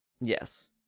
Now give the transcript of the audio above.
yes